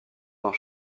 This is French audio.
dans